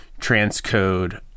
transcode